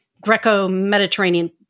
Greco-Mediterranean